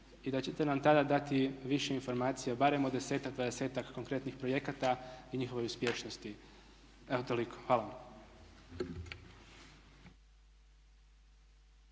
i da ćete nam tada dati više informacija barem od desetak, dvadesetak konkretnih projekata i njihovoj uspješnosti. Evo toliko. Hvala